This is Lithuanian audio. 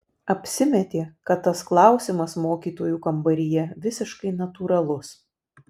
apsimetė kad tas klausimas mokytojų kambaryje visiškai natūralus